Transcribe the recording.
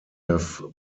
have